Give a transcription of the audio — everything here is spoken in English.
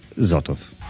Zotov